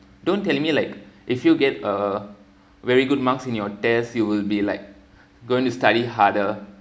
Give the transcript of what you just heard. don't tell me like if you get a very good marks in your test you will be like going to study harder